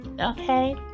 Okay